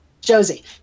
josie